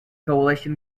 coalition